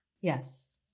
Yes